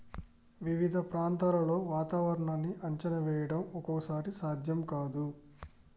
వివిధ ప్రాంతాల్లో వాతావరణాన్ని అంచనా వేయడం ఒక్కోసారి సాధ్యం కాదు